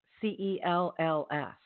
C-E-L-L-S